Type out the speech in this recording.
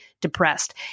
depressed